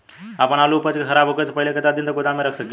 आपन आलू उपज के खराब होखे से पहिले केतन दिन तक गोदाम में रख सकिला?